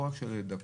לא רק של דקות,